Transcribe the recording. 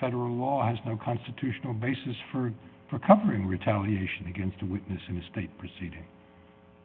federal law has no constitutional basis for recovering retaliation against a witness in a state proceeding